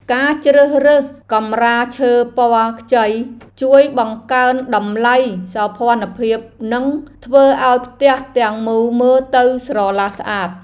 ការជ្រើសរើសកម្រាលឈើពណ៌ខ្ចីជួយបង្កើនតម្លៃសោភ័ណភាពនិងធ្វើឱ្យផ្ទះទាំងមូលមើលទៅស្រឡះស្អាត។